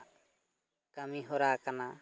ᱠᱟᱹᱢᱤᱦᱚᱨᱟ ᱠᱟᱱᱟ